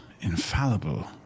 infallible